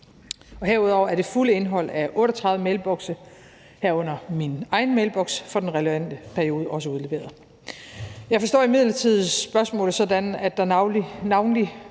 Herudover er det fulde indhold af 38 mailbokse, herunder min egen mailboks, for den relevante periode også udleveret. Jeg forstår imidlertid spørgsmålet sådan, at der navnlig